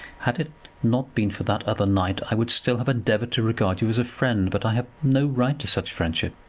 had it not been for that other night, i would still have endeavoured to regard you as a friend. but i have no right to such friendship.